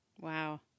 Wow